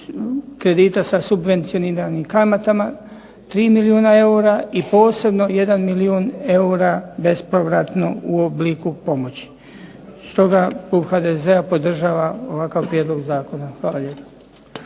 kredita sa subvencioniranim kamatama 3 milijuna eura i posebno 1 milijun eura bespovratno u obliku pomoći. Stoga klub HDZ-a podržava ovakav prijedlog zakona. Hvala lijepa.